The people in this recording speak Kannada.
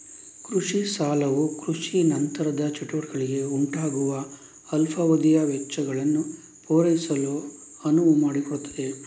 ಕೃಷಿ ಸಾಲವು ಕೃಷಿ ನಂತರದ ಚಟುವಟಿಕೆಗಳಿಂದ ಉಂಟಾಗುವ ಅಲ್ಪಾವಧಿಯ ವೆಚ್ಚಗಳನ್ನು ಪೂರೈಸಲು ಅನುವು ಮಾಡಿಕೊಡುತ್ತದೆ